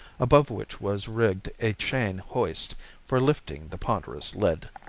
above which was rigged a chain hoist for lifting the ponderous lid.